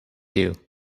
you